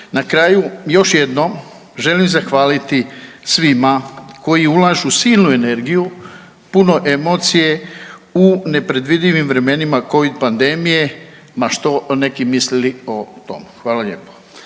Na kraju još jednom želim zahvaliti svima koji ulažu silnu energiju, puno emocije u nepredvidivim vremenima Covid pandemije ma što neki mislili o tome. Hvala lijepo.